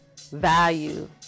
value